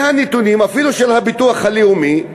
מהנתונים, אפילו של הביטוח הלאומי,